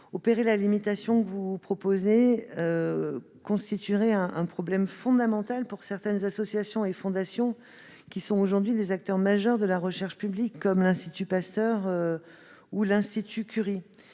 sénateur, la limitation que vous proposez constituerait un problème fondamental pour certaines associations et fondations, qui sont aujourd'hui des acteurs majeurs de la recherche publique, comme l'Institut Pasteur ou l'Institut Curie,